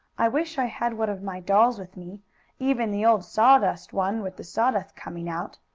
i wish i had one of my dolls with me even the old sawdust one, with the sawdust coming out.